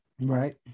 right